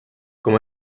como